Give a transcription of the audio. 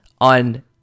on